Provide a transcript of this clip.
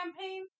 campaign